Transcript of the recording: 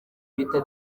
bita